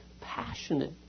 passionate